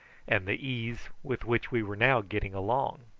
and the ease with which we were now getting along.